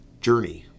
journey